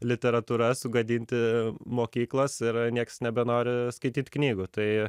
literatūra sugadinti mokyklos ir niekas nebenori skaityt knygų tai